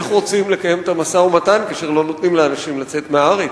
איך רוצים לקיים את המשא-ומתן כאשר לא נותנים לאנשים לצאת מהארץ?